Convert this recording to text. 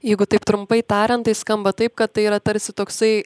jeigu taip trumpai tariant tai skamba taip kad tai yra tarsi toksai